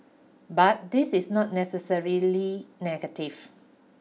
but this is not necessarily negative